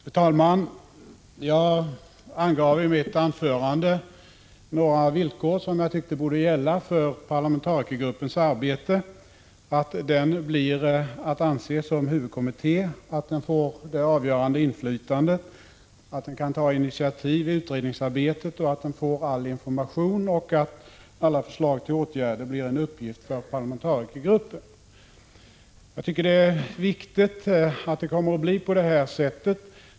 Fru talman! Jag angav i mitt anförande några villkor som jag tyckte borde gälla för parlamentarikergruppens arbete: att den blir att anse som huvudkommitté, att den får det avgörande inflytandet, att den kan ta initiativ i utredningsarbetet, att den får all information och att alla förslag till åtgärder blir en uppgift för parlamentarikergruppen. Det är viktigt att det kommer att bli på detta sätt.